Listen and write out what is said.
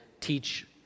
teach